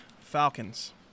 Falcons